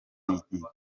n’inkiko